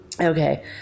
Okay